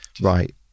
right